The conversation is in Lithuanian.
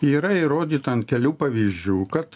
yra įrodyta ant kelių pavyzdžių kad